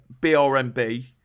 BRMB